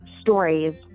stories